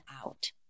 out